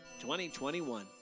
2021